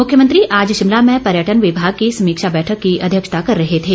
मुख्यमंत्री आज शिमला में पर्यटन विभाग की समीक्षा बैठक की अध्यक्षता कर रहे थे